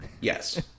Yes